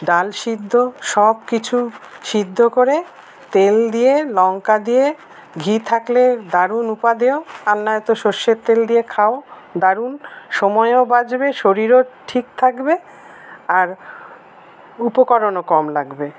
ডাল সিদ্ধ সবকিছু সিদ্ধ করে তেল দিয়ে লংকা দিয়ে ঘি থাকলে দারুন উপাদেয় আর নয়তো সর্ষের তেল দিয়ে খাও দারুন সময়ও বাঁচবে শরীরও ঠিক থাকবে আর উপকরণও কম লাগবে